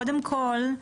קודם כול,